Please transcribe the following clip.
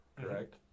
correct